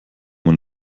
man